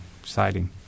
exciting